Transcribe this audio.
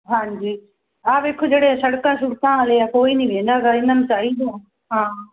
ਹਾਂਜੀ ਆਹ ਵੇਖੋ ਜਿਹੜੇ ਸੜਕਾਂ ਸੁੜਕਾਂ ਵਾਲੇ ਆ ਕੋਈ ਨਹੀਂ ਰਹਿੰਦਾ ਗਾ ਇਹਨਾਂ ਨੂੰ ਚਾਹੀਦਾ ਹਾਂ